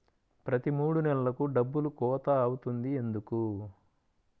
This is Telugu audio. ప్రతి మూడు నెలలకు డబ్బులు కోత అవుతుంది ఎందుకు?